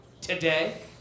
Today